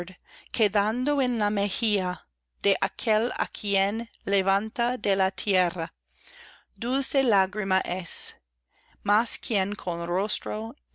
quedando en la mejilla de aquel á quien levanta de la tierra dulce lágrima es mas quien con rostro